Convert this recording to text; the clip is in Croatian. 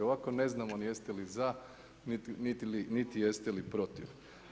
Ovako ne znamo ni jeste li za niti jeste li protiv.